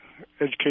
education